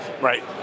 Right